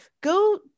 Go